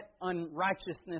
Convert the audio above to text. unrighteousness